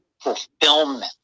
fulfillment